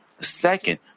second